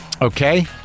Okay